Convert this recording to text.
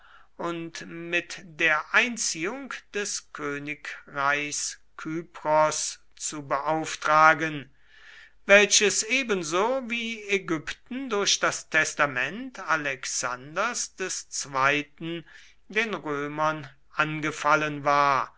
und mit der einziehung des königreichs kypros zu beauftragen welches ebenso wie ägypten durch das testament alexanders ii den römern angefallen war